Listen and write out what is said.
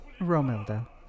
romilda